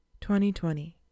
2020